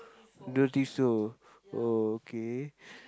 don't think so oh okay